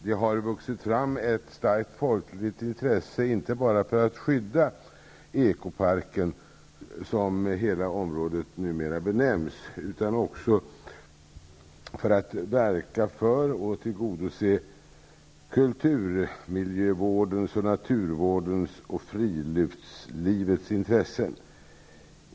Det har vuxit fram ett starkt folkligt intresse, inte bara för att skydda Ekoparken, som hela området numera benämns, utan också för att verka för och tillgodose kulturmiljövårdens, naturvårdens och friluftslivets intressen.